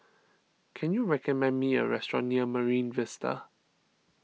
can you recommend me a restaurant near Marine Vista